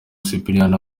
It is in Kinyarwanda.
sipiriyani